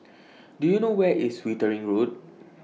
Do YOU know Where IS Wittering Road